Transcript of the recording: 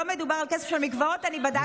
לא מדובר על כסף של מקוואות, אני בדקתי את זה.